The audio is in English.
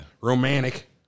Romantic